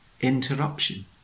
interruption